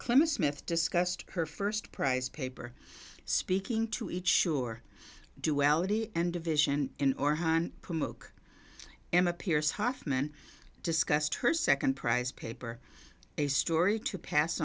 clima smith discussed her first prize paper speaking to each sure duality and division in or hahn promote him appears hofmann discussed her second prize paper a story to pass